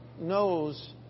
knows